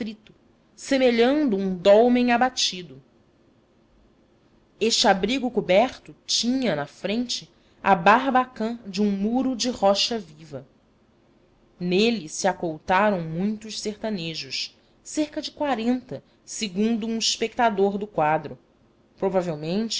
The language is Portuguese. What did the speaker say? atrito semelhando um dólmen abatido este abrigo coberto tinha na frente a barbacã de um muro de rocha viva nele se acoutaram muitos sertanejos cerca de quarenta segundo um espectador do quadro provavelmente